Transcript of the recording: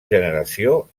generació